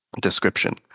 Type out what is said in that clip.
description